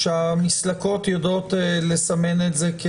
שהמסלקות יודעות לסמן את זה?